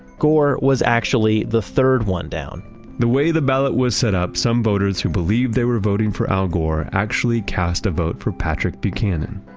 gore was actually the third one down the way the ballot was set up, some voters who believe they were voting for al gore actually cast a vote for patrick buchanan.